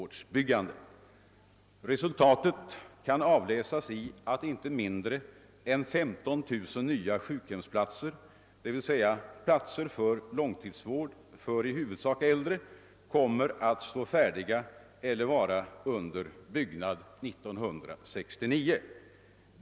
Resultatet kan avläsas i att inte mindre än 15 000 nya sjukhemsplatser, d. v. s. platser för långtidsvård av huvudsakligen äldre personer, kommer att stå färdiga eller vara under byggnad 1969.